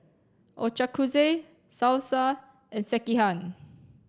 Ochazuke Salsa and Sekihan